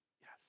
Yes